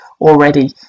already